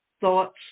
thoughts